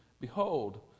behold